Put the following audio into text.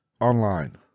online